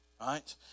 right